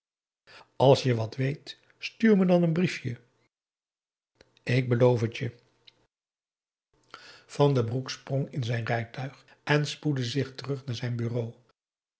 als je wat weet stuur me dan een briefje ik beloof het je van den broek sprong in zijn rijtuig en spoedde zich terug naar zijn bureau